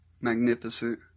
magnificent